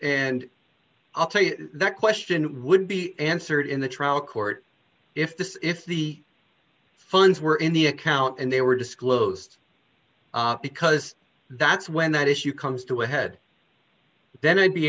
and i'll tell you that question would be answered in the trial court if this if the funds were in the account and they were disclosed because that's when that issue comes to a head then i'd be